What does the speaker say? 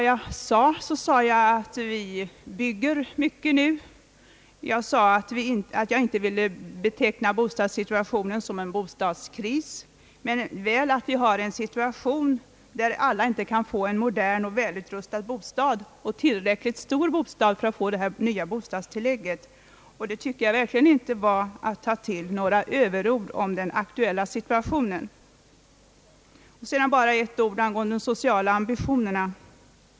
Jag sade att vi bygger mycket just nu, och jag sade att jag inte ville beteckna bostadssituationen som en bostadskris men väl som en situation, där alla inte kunde få en modern och välutrustad bostad och en tillräckligt stor bostad för att få det nya bostadstillägg som föreslagits — och jag tycker verkligen inte att detta är att ta till några överord om den aktuella situationen. Vidare bara ett ord om de sociala ambitionerna!